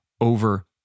over